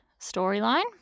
storyline